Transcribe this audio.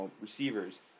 receivers